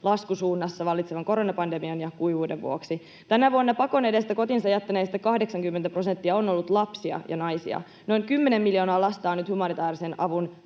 laskusuunnassa vallitsevan koronapandemian ja kuivuuden vuoksi. Tänä vuonna pakon edestä kotinsa jättäneistä 80 prosenttia on ollut lapsia ja naisia. Noin 10 miljoonaa lasta on nyt humanitäärisen avun